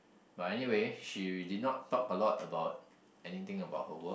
but anyway she did not talk a lot about anything about her work